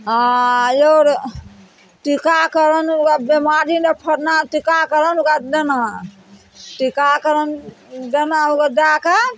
आ आओर टीकाकरण ओकरा बेमारी लऽ फरना टीकाकरण ओकरा देना टीकाकरण देना ओकर दै कऽ